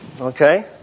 Okay